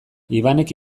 ivanek